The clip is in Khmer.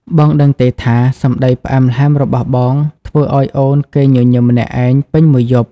បងដឹងទេថា សម្តីផ្អែមល្ហែមរបស់បង ធ្វើឱ្យអូនគេងញញឹមម្នាក់ឯងពេញមួយយប់?